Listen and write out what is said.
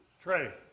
Trey